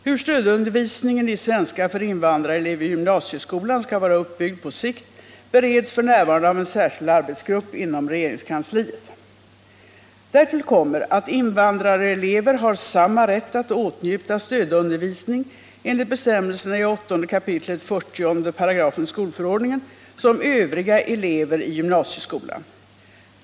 Hur stödundervisningen i svenska för invandrarelever i gymnasieskolan skall vara uppbyggd på sikt, bereds f.n. av en särskild arbetsgrupp inom regeringskansliet. Därtill kommer att invandrarelever har samma rätt att åtnjuta stödundervisning enligt bestämmelserna i 8 kap. 40 § skolförordningen som övriga elever i gymnasieskolan.